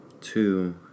two